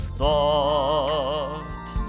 thought